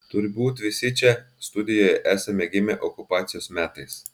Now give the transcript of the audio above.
turbūt visi čia studijoje esame gimę okupacijos metais